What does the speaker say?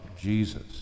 Jesus